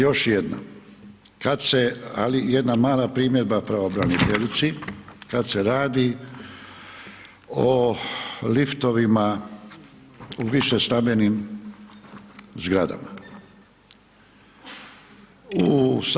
Još jednom, kad se, ali jedna mala primjedba pravobraniteljici, kad se radi o liftovima u višestambenim zgradama.